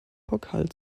pokal